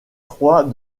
trois